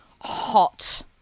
hot